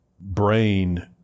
brain